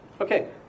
Okay